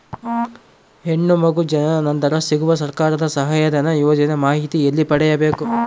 ಹೆಣ್ಣು ಮಗು ಜನನ ನಂತರ ಸಿಗುವ ಸರ್ಕಾರದ ಸಹಾಯಧನ ಯೋಜನೆ ಮಾಹಿತಿ ಎಲ್ಲಿ ಪಡೆಯಬೇಕು?